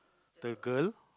the girl